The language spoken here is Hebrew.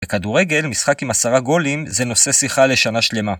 בכדורגל, משחק עם עשרה גולים, זה נושא שיחה לשנה שלמה.